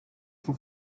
for